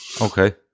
okay